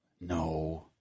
No